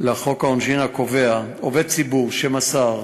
לחוק העונשין, הקובע: "עובד הציבור שמסר,